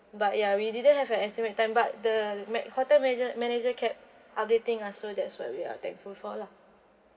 but ya we didn't have an estimate time but the ma~ hotel manager manager kept updating us so that's what we are thankful for lah